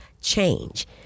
change